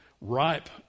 ripe